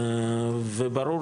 וברור